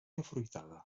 afruitada